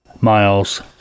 miles